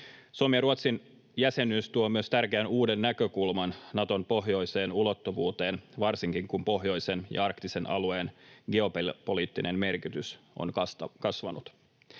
Suomen ja Ruotsin jäsenyys tuo myös tärkeän uuden näkökulman Naton pohjoiseen ulottuvuuteen varsinkin, kun pohjoisen ja arktisen alueen geopoliittinen merkitys on kasvanut.